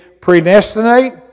predestinate